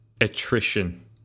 Attrition